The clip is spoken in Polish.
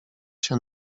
się